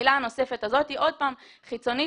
העילה הנוספת הזאת עוד פעם חיצונית.